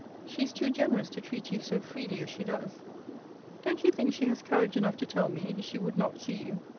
she is too generous to treat you so freely as she does don't you think she has courage enough to tell me, she would not see you,